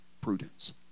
prudence